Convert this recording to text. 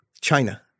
China